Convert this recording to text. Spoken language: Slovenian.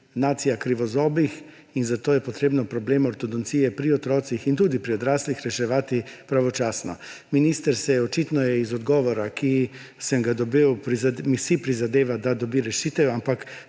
nacija krivozobih in zato je potrebno problem ortodontije pri otrocih in tudi pri odraslih reševati pravočasno. Minister si – očitno iz odgovora, ki sem ga dobil –prizadeva, da dobi rešitev, ampak